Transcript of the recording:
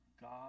God